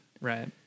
Right